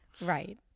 right